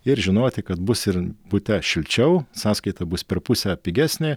ir žinoti kad bus ir bute šilčiau sąskaita bus per pusę pigesnė